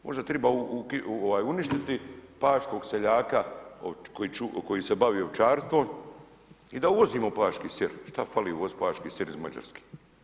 Možda treba uništiti paškog seljaka koji se bavi ovčarstvom i da uvozimo paški sir, šta fali uvozit paški sir iz Mađarske.